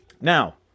Now